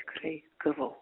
tikrai gavau